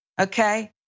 okay